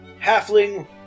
halfling